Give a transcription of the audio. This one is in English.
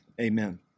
Amen